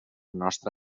nostra